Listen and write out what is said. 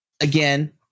Again